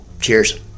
cheers